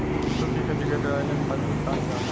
सूखी खेती के ड्राईलैंड फार्मिंग भी कहल जाला